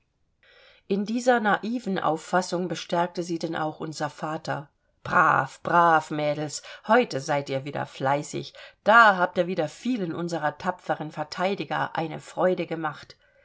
in dieser naiven auffassung bestärkte sie denn auch unser vater brav brav mädels heute seid ihr wieder fleißig da habt ihr wieder vielen unsrer tapferen verteidiger eine freude gemacht